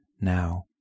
now